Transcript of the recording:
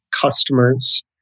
customers